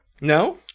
No